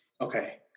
okay